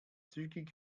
zügig